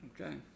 Okay